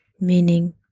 meaning